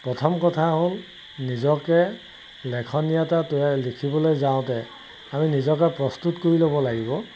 প্ৰথম কথা হ'ল নিজকে লেখনীয়তা তৈয়াৰ লিখিবলৈ যাওঁতে আমি নিজকে প্ৰস্তুত কৰি ল'ব লাগিব